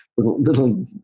Little